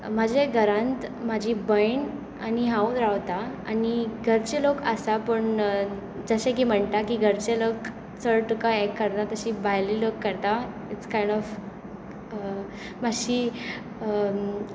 म्हज्या घरांत म्हजी भयण आनी हांव रावतां आनी घरचे लोक आसा पूण जशें की म्हणटा की घरचे लोक चड तुका हे करना तशीं भायले लोक करता कांयड ऑफ मातशीं